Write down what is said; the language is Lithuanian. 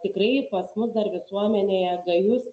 tikrai pas mus dar visuomenėje gajus